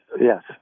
yes